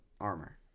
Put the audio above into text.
armor